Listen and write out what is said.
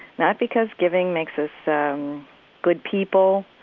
not because giving makes us good people,